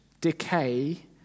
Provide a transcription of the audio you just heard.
decay